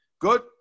Good